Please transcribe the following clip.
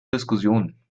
diskussionen